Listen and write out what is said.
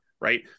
right